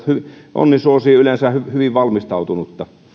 onni suosii yleensä hyvin valmistautunutta